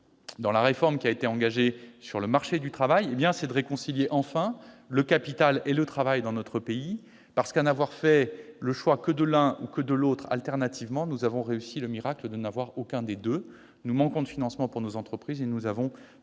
dans la réforme qui a été engagée sur le marché du travail, est de réconcilier enfin le capital et le travail dans notre pays. Je suis certain que nous pouvons y arriver. À n'avoir fait le choix que de l'un ou de l'autre, alternativement, nous avons réussi le miracle de n'avoir aucun des deux : nous manquons de financement pour nos entreprises et nous avons